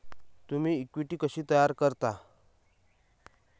तुम्ही इक्विटी कशी तयार करता?